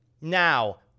now